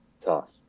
tough